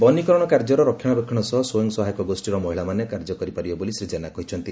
ବନୀକରଣ କାର୍ଯ୍ୟର ରକ୍ଷଶାବେକ୍ଷଣ ସହ ସ୍ୱୟଂସହାୟକ ଗୋଷୀର ମହିଳାମାନେ କାର୍ଯ୍ୟ କରିପାରିବେ ବୋଲି ଶ୍ରୀ ଜେନା କହିଛନ୍ତି